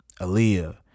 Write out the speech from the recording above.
Aaliyah